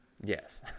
Yes